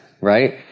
right